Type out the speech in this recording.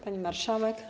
Pani Marszałek!